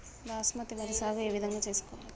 బాస్మతి వరి సాగు ఏ విధంగా చేసుకోవాలి?